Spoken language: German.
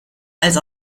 als